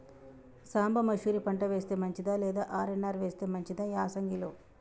సాంబ మషూరి పంట వేస్తే మంచిదా లేదా ఆర్.ఎన్.ఆర్ వేస్తే మంచిదా యాసంగి లో?